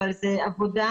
אבל זו עבודה,